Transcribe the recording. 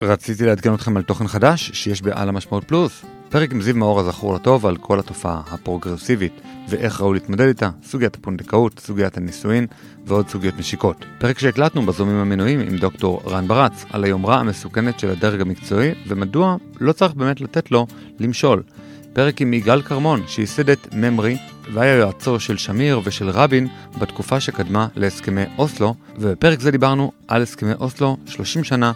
רציתי לעדגן אתכם על תוכן חדש שיש בעל המשמעות פלוס פרק עם זיו מאור הזכור לטוב על כל התופעה הפרוגרסיבית ואיך ראו להתמודד איתה סוגיית הפונדקאות, סוגיית הנישואין ועוד סוגיות משיקות פרק שהקלטנו בזום עם המנויים עם דוקטור רן ברץ על היומרה המסוכנת של הדרג המקצועי ומדוע לא צריך באמת לתת לו למשול פרק עם יגאל כרמון שיסדת ממרי והיה יועצו של שמיר ושל רבין בתקופה שקדמה לסכמי אוסלו ובפרק זה דיברנו על הסכמי אוסלו 30 שנה